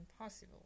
impossible